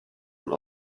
und